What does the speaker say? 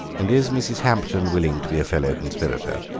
and is mrs. hampton willing to be a fellow conspirator?